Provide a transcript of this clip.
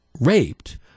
raped